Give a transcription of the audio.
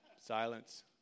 Silence